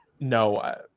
no